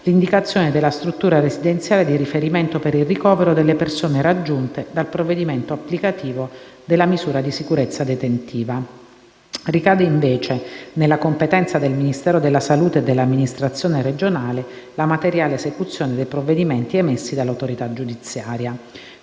l'indicazione della struttura residenziale di riferimento per il ricovero delle persone raggiunte dal provvedimento applicativo della misura di sicurezza detentiva. Ricade, invece, nella competenza del Ministero della salute e dell'amministrazione regionale la materiale esecuzione dei provvedimenti emessi dall'autorità giudiziaria.